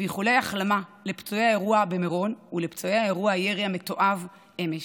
ואיחולי החלמה לפצועי האירוע במירון ולפצועי אירוע הירי המתועב אמש.